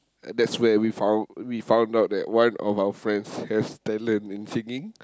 that's where we found we found out that one of our friends has talent in singing